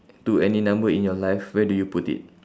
to any number in your life where do you put it